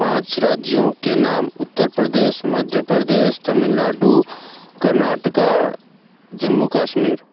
पाँच राज्यों के नाम उत्तर प्रदेश मध्य प्रदेश तमिलनाडु कर्नाटक जम्मू कश्मीर